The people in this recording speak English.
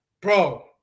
Bro